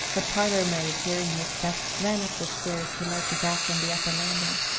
the parlour-maid, hearing his step, ran up the stairs to light the gas on the upper landing.